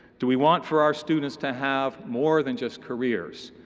do we want for our students to have more than just careers?